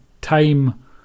time